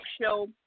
show